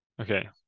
okay